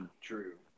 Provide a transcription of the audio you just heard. True